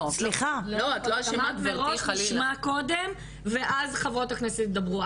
את אמרת מראש: נשמע קודם ואז חברות הכנסת ידברו.